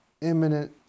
imminent